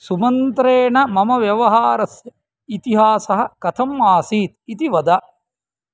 सुमन्त्रेण मम व्यवहारस्य इतिहासः कथम् आसीत् इति वद